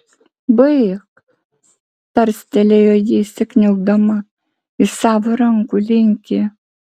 baik tarstelėjo ji įsikniaubdama į savo rankų linkį